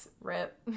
Rip